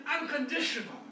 unconditional